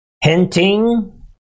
hinting